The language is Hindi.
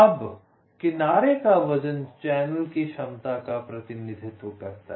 अब किनारे का वजन चैनल की क्षमता का प्रतिनिधित्व करता है